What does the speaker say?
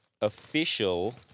official